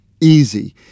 easy